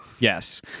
Yes